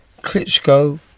Klitschko